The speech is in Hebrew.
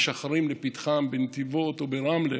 משחרים לפתחם בנתיבות וברמלה,